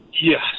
Yes